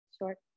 Short